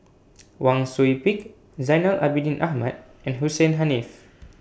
Wang Sui Pick Zainal Abidin Ahmad and Hussein Haniff